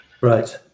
right